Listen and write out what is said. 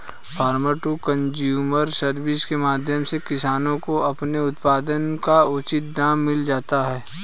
farmer to consumer service के माध्यम से किसानों को अपने उत्पाद का उचित दाम मिल जाता है